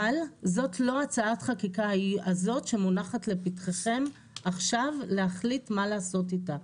אבל זאת לא הצעת החקיקה הזאת שמונחת לפתחכם עכשיו להחליט מה לעשות איתה.